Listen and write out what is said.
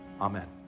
Amen